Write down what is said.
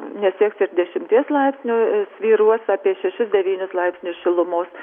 nesieks ir dešimties laipsnių svyruos apie šešis devynis laipsnius šilumos